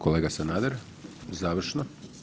Kolega Sanader završno.